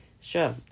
Sure